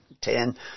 ten